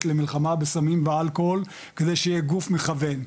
למלחמה בסמים ואלכוהול כדי שיהיה גוף מכוון.